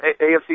AFC